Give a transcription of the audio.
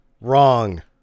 Wrong